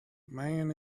man